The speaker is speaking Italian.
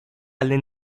alle